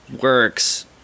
works